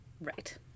right